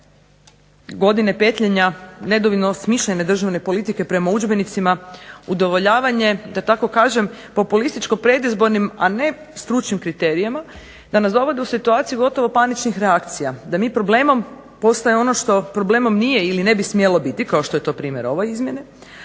godine petljanja nedovoljno smišljene državne politike prema udžbenicima, udovoljavanje da tako kažem populističko predizbornim a ne stručnim kriterijima, da nas dovode u situaciju gotovo paničnih reakcija, da mi problemom postaje ono što problemom nije ili ne bi smjelo biti kao što je to primjer ove izmjene,